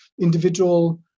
individual